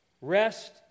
Rest